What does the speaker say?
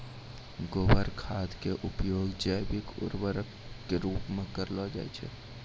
गोबर खाद के उपयोग जैविक उर्वरक के रुपो मे करलो जाय छै